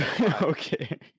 Okay